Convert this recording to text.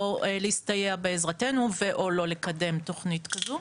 להסתייע בעזרתנו ו/או לא לקדם תכנית כזו.